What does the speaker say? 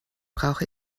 brauche